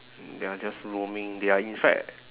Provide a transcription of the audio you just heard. they are just roaming they are in fact